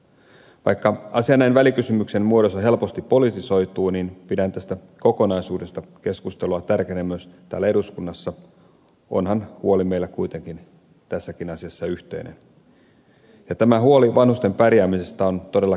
vaikka asia näin välikysymyksen muodossa helposti politisoituu niin pidän tästä kokonaisuudesta keskustelua tärkeänä myös täällä eduskunnassa onhan huoli meillä kuitenkin tässäkin asiassa yhteinen ja tämä huoli vanhusten pärjäämisestä on todellakin aito